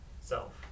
self